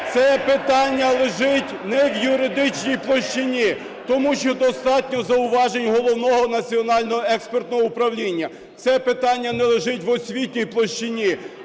це питання лежить не в юридичній площі, тому що достатньо зауважень Головного науково-експертного управління, це питання не лежить в освітній площині,